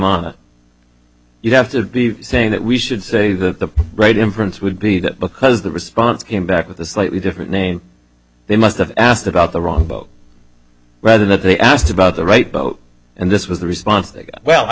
it you have to be saying that we should say the right inference would be that because the response came back with a slightly different name they must have asked about the wrong vote rather that they asked about the right vote and this was the response well i